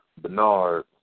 Bernard